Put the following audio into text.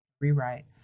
rewrite